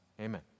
Amen